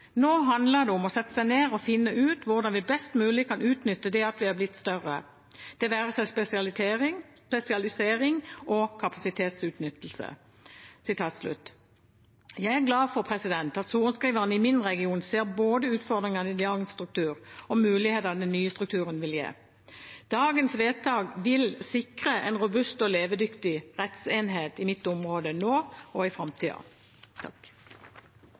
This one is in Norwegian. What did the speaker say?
Nå handler bare om å sette seg ned og finne ut hvordan vi kan utnytte best mulig det at vi nå blir en stor enhet. Det være seg spesialiseringsgrupper, kapasitetsutnyttelse også videre.» Jeg er glad for at sorenskriveren i min region ser både utfordringene i dagens struktur og mulighetene den nye strukturen vil gi. Dagens vedtak vil sikre en robust og levedyktig rettsenhet i mitt område nå og i framtida.